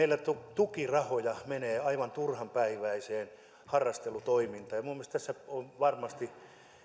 tukirahoja menee aivan turhanpäiväiseen harrastelutoimintaan minun mielestäni tässä on varmasti